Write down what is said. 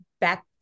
back